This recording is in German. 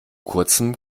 kurzem